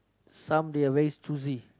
some they are very choosy